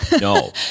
No